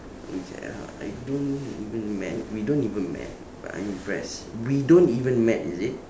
okay I I don't even mad we don't even mad but I'm impressed we don't even mad is it